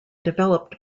developed